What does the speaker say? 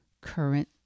current